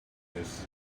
this